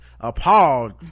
appalled